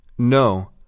No